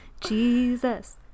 Jesus